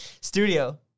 Studio